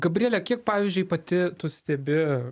gabriele kiek pavyzdžiui pati tu stebi